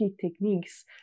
techniques